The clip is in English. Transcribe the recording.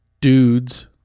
dudes